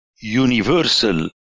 universal